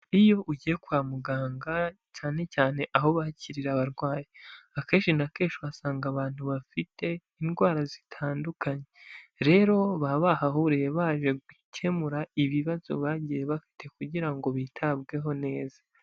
Iyo ugiye kwa muganga, cyane cyane aho bakiriye abarwayi, akenshi na kenshi uhasanga abantu bafite indwara zitandukanye, rero baba bahahuriye baje gukemura ibibazo bagiye bafite kugira ngo bitabweho neza.